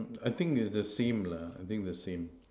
I think is the same lah I think the same